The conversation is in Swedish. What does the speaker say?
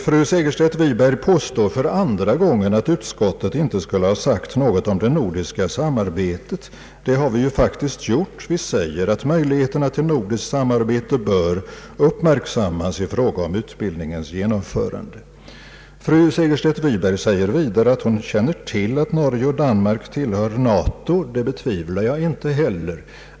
Fru Segerstedt Wiberg påstår för andra gången att utskottet inte skulle ha sagt något om det nordiska samarbetet. Det har vi faktiskt gjort. Vi säger att möjligheterna till nordiskt samarbete bör uppmärksammas i fråga om utbildningens genomförande. Fru Segerstedt Wiberg säger vidare att hon känner till att Norge och Danmark tillhör NATO. Det betvivlar jag inte heller.